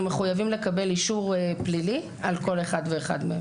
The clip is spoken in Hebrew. מחויבים לקבל אישור פלילי על כל אחד ואחד מהם.